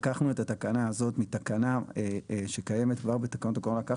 תקציר הפרטים הקודמים הוא שהתקנות האלה הגיעו לכאן,